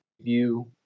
view